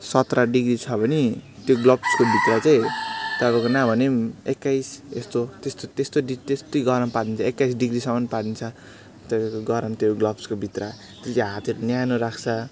सत्र डिग्री छ भने त्यो ग्लोभ्सको भित्र चाहिँ तपाईँको नभनेको पनि एक्काइस यस्तो त्यस्तो त्यस्तो त्यति गरम पारिदिन्छ एक्काइस डिग्रीसम्म पारिदिन्छ त्यसले त्यो गरम त्यो ग्लोभ्सको भित्र त्यो चाहिँ हातहरू न्यानो राख्छ